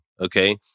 Okay